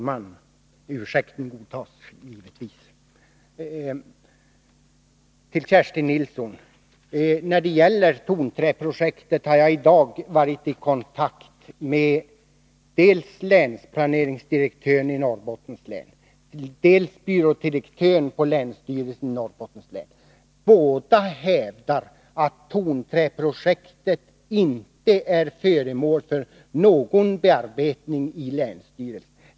Fru talman! Till Kerstin Nilsson: När det gäller tonträprojektet har jag i dag varit i kontakt med dels länsplaneringsdirektören i Norrbottens län, dels byrådirektören på länsstyrelsen i Norrbottens län. Båda hävdar att tonträprojektet inte är föremål för någon bearbetning i länsstyrelsen.